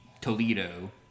toledo